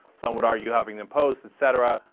some would argue huffington post, etc.